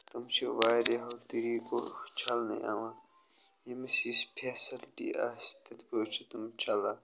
تِم چھِ واریاہو طریٖقو چھَلنہٕ یِوان ییٚمِس یُس فٮ۪سَلٹی آسہِ تِتھ پٲٹھۍ چھِ تِم چھَلان